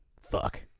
Fuck